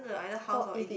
orh if it~